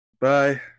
Bye